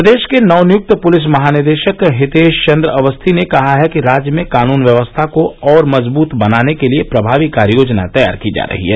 प्रदेश के नवनियुक्त पुलिस महानिदेशक हितेश चन्द्र अवस्थी ने कहा है कि राज्य में कानून व्यवस्था को और मजबूत बनाने के लिए प्रभावी कार्ययोजना तैयार की जा रही है